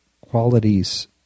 qualities